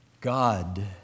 God